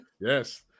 Yes